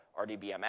RDBMS